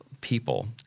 people